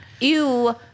Ew